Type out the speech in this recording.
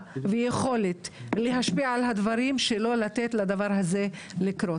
ויכולת להשפיע על הדברים שלא לתת לדבר הזה לקרות,